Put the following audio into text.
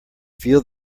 feel